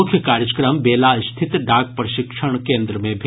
मुख्य कार्यक्रम बेला स्थित डाक प्रशिक्षण केंद्र मे भेल